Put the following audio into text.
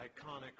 iconic